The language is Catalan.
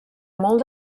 molt